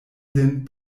lin